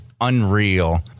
unreal